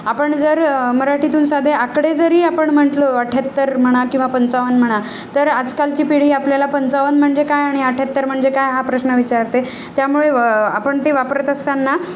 आपण जर मराठीतून साध्या आकडे जरी आपण म्हटलो अठ्याहत्तर म्हणा किंवा पंचावन्न म्हणा तर आजकालची पिढी आपल्याला पंचावन्न म्हणजे काय आणि अठ्ठ्याहत्तर म्हणजे काय हा प्रश्न विचारते त्यामुळे व आपण ते वापरत असताना